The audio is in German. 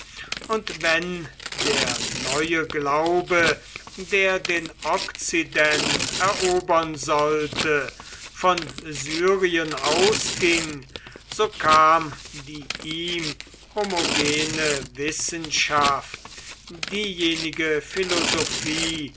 und wenn der neue glaube der den okzident erobern sollte von syrien ausging so kam die ihm homogene wissenschaft diejenige philosophie